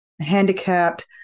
handicapped